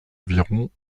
environ